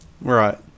Right